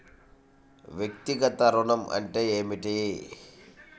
వ్యక్తిగత ఋణం అంటే ఏమిటి?